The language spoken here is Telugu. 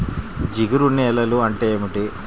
జిగురు నేలలు అంటే ఏమిటీ?